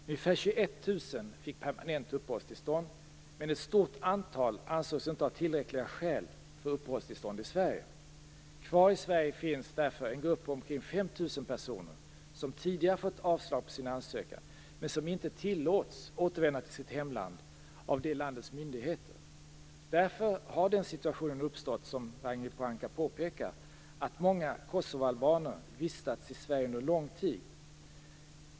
Ungefär 21 000 fick permanent uppehållstillstånd, men ett stort antal ansågs inte ha tillräckliga skäl för att få uppehållstillstånd i Sverige. Kvar i Sverige finns därför en grupp på omkring 5 000 personer som tidigare fått avslag på sin ansökan men som inte tillåts återvända till sitt hemland av det landets myndigheter. Därför har den situationen uppstått - som Ragnhild Pohanka påpekar - att många kosovoalbaner vistats i Sverige under lång tid.